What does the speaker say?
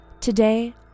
Today